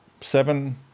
seven